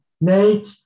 Nate